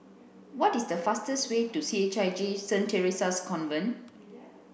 what is the fastest way to C H I J Saint Theresa's Convent